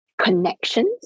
Connections